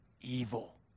evil